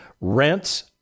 rents